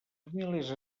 famílies